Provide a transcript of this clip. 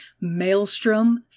maelstrom